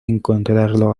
encontrarlo